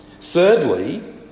Thirdly